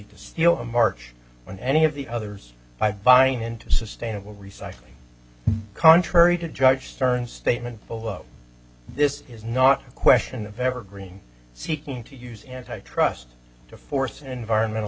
to steal a march on any of the others by buying into sustainable recycling contrary to judge stern statement below this is not a question of evergreen seeking to use antitrust to force an environmental